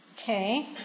Okay